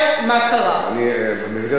במסגרת הזמן שנתתי לך,